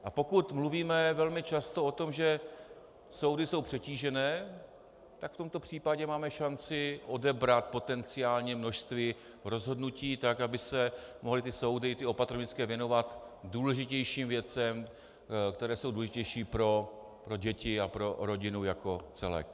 A pokud mluvíme velmi často o tom, že soudy jsou přetížené, tak v tomto případě máme šanci odebrat potenciálně množství rozhodnutí tak, aby se mohly opatrovnické soudy věnovat důležitějším věcem, které jsou důležitější pro děti a pro rodinu jako celek.